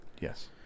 Yes